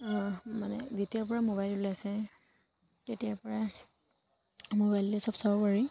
মানে যেতিয়াৰ পৰা মোবাইল ওলাইছে তেতিয়াৰ পৰা মোবাইলতে সব চাব পাৰি